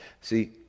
See